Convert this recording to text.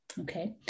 Okay